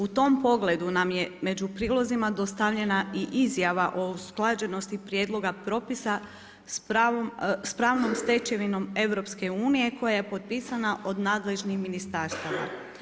U tom pogledu nam je među prilozima dostavljena i izjava o usklađenosti prijedloga propisa s pravnom stečevinom EU koja je potpisana od nadležnih ministarstava.